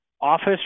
office